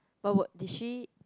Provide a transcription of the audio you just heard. but what did she